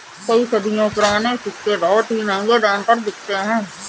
कई सदियों पुराने सिक्के बहुत ही महंगे दाम पर बिकते है